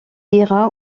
ira